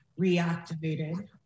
reactivated